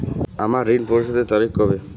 আমার ঋণ পরিশোধের তারিখ কবে?